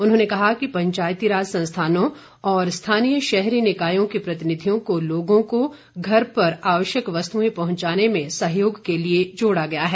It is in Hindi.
उन्होंने कहा कि पंचायती राज संस्थानों और स्थानीय शहरी निकायों के प्रतिनिधियों को लोगों को घर पर आवश्यक वस्तुएं पहुंचाने में सहयोग के लिए जोड़ा गया है